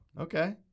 okay